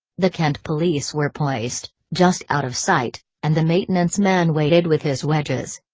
the kent police were poised, just out of sight, and the maintenance man waited with his wedges.